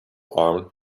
armed